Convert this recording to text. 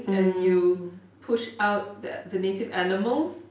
and you push out that the native animals